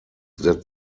that